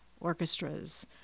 orchestras